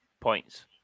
points